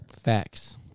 Facts